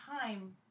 time